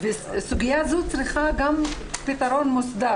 זו סוגיה שמצריכה פתרון מוסדר.